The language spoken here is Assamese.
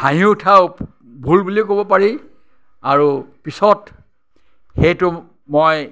হাঁহি উঠা ভুল বুলি ক'ব পাৰি আৰু পিছত সেইটো মই